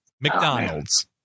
McDonald's